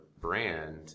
brand